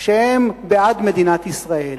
שהם בעד מדינת ישראל.